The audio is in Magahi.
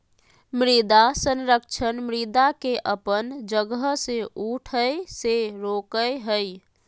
मृदा संरक्षण मृदा के अपन जगह से हठय से रोकय हइ